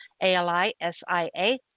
A-L-I-S-I-A